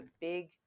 big